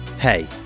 Hey